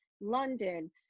London